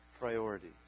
priorities